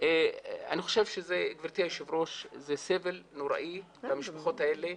אני חושב שזה סבל נוראי למשפחות האלה.